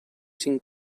cinc